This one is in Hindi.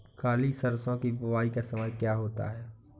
काली सरसो की बुवाई का समय क्या होता है?